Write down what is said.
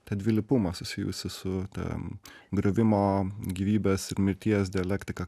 tą dvilypumą susijusi su ten griuvimo gyvybės ir mirties dialektika